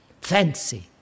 fancy